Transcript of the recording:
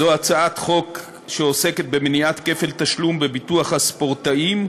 זו הצעת חוק שעוסקת במניעת כפל תשלום בביטוח הספורטאים.